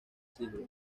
siglo